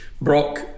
Brock